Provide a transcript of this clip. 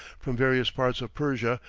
from various parts of persia,